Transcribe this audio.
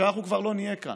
כשאנחנו כבר לא נהיה כאן.